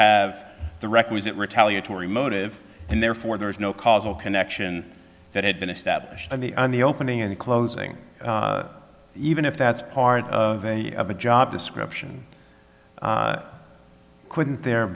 have the requisite retaliatory motive and therefore there is no causal connection that had been established by the on the opening and closing even if that's part of a of a job description couldn't there